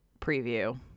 preview